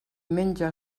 menja